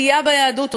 סטייה ביהדות,